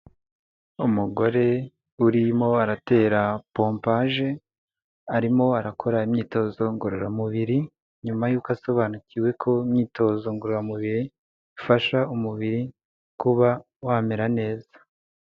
Umugore urimo aratera pompaje arimo arakora imyitozo ngororamubiri, nyuma y'uko asobanukiwe ko imyitozo ngororamubiri ifasha umubiri kuba wamera neza.